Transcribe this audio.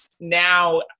now